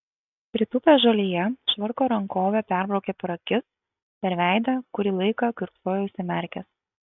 pritūpęs žolėje švarko rankove perbraukė per akis per veidą kurį laiką kiurksojo užsimerkęs